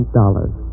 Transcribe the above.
dollars